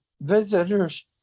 visitors